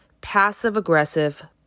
passive-aggressive